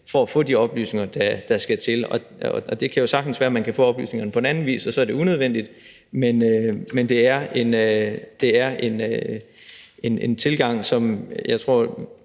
for at få de oplysninger, der skal til. Det kan jo sagtens være, at man kan få oplysningerne på anden vis, og så er det unødvendigt, men det er en tilgang, som vist